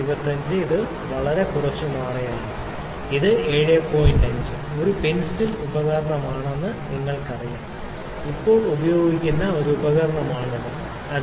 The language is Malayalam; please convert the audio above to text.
75 പെൻസിൽ ഒരു ഉപകരണമാണെന്ന് നിങ്ങൾക്കറിയാം അത് ഇപ്പോൾ ഉപയോഗിക്കുന്ന ഒരു ഉപകരണമാണ് ഒരു കൈയിൽ ഉപയോഗിക്കേണ്ടതാണ് കൂടാതെ പേനയുടെയോ പെൻസിലിന്റെയോ അളവ് നമ്മൾ ഉപയോഗിക്കുന്നതെന്തും 5 മില്ലീമീറ്റർ മുതൽ 6 മുതൽ 7 മില്ലീമീറ്റർ വരെ